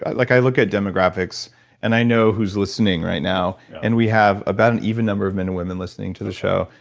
like i look at demographics and i know who's listening right now and we have about an even number of men and women listening to the show.